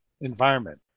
environment